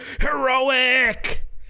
heroic